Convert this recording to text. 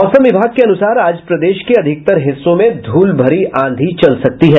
मौसम विभाग के अनुसार आज प्रदेश के अधिकतर हिस्सों में धूल भरी आंधी चल सकती है